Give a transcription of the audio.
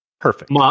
Perfect